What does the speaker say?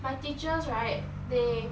my teachers right they